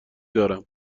دارم